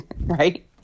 Right